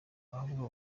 ahubwo